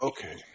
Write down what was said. Okay